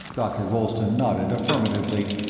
dr. rolleston nodded affirmatively.